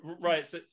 Right